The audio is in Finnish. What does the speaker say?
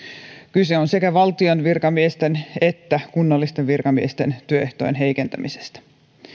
kyse on sekä valtion virkamiesten että kunnallisten virkamiesten työehtojen heikentämisestä